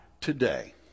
today